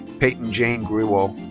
payton jane grewal.